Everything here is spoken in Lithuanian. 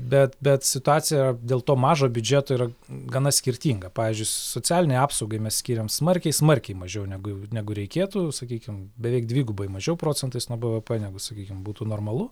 bet bet situacija dėl to mažo biudžeto yra gana skirtinga pavyzdžiui socialinei apsaugai mes skiriam smarkiai smarkiai mažiau negu negu reikėtų sakykim beveik dvigubai mažiau procentais nuo bvp negu sakykim būtų normalu